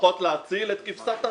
לפחות להציל את כבשת הרש,